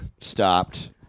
stopped